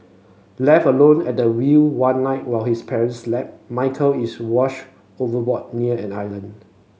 left alone at the wheel one night while his parents slept Michael is washed overboard near an island